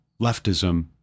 leftism